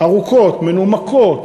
ארוכות ומנומקות,